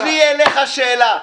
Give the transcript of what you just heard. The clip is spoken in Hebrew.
יש לי אליך שאלה,